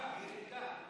היא ריקה.